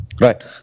Right